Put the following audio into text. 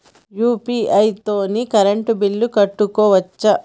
UPI తోని current bill కట్టుకోవచ్ఛా?